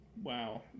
Wow